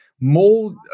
mold